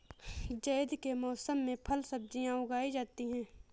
ज़ैद के मौसम में फल सब्ज़ियाँ उगाई जाती हैं